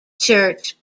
church